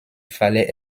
fallait